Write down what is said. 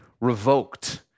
revoked